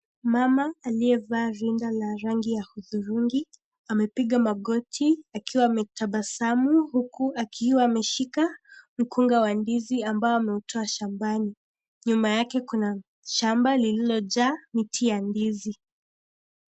Mama aliyevaa rinda la rangi ya hudhurungi amepiga magoti akiwa ametabasamu huku akiwa ameshika mkunga wa ndizi ambao ameutoa shambani, nyuma yake kuna shamba lililojaa miti ya ndizi.